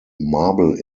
marble